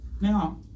Now